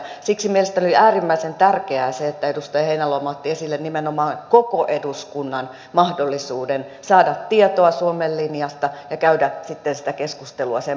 siksi mielestäni on äärimmäisen tärkeää se että edustaja heinäluoma otti esille nimenomaan koko eduskunnan mahdollisuuden saada tietoa suomen linjasta ja käydä sitten sitä keskustelua sen pohjalta